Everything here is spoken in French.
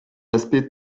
aspect